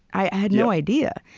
i had no idea.